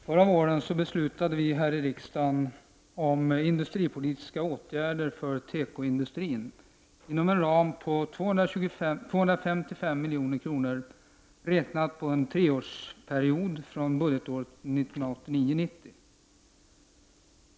Fru talman! Förra våren beslutade vi här i riksdagen om industripolitiska åtgärder för tekoindustrin inom en ram på 255 milj.kr., räknat på en treårsperiod från budgetåret 1989/90.